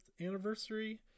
anniversary